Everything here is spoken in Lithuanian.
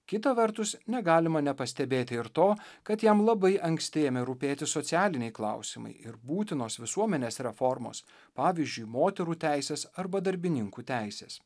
kita vertus negalima nepastebėti ir to kad jam labai anksti ėmė rūpėti socialiniai klausimai ir būtinos visuomenės reformos pavyzdžiui moterų teisės arba darbininkų teisės